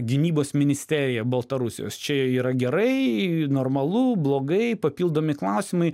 gynybos ministerija baltarusijos čia yra gerai normalu blogai papildomi klausimai